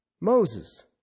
Moses